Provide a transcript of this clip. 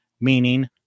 meaning